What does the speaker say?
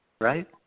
Right